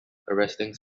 arresting